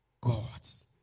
gods